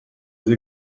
vous